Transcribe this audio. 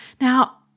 Now